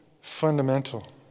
fundamental